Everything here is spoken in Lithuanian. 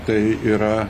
tai yra